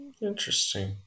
interesting